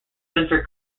center